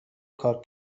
کار